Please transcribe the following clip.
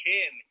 Kim